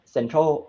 Central